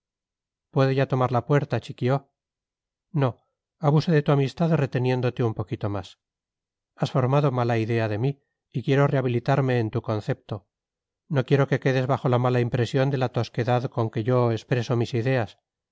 puedo ya tomar la puerta chiquío no abuso de tu amistad reteniéndote un poquito más has formado mala idea de mí y quiero rehabilitarme en tu concepto no quiero que quedes bajo la mala impresión de la tosquedad con que yo expreso mis ideas